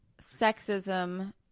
sexism